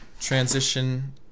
transition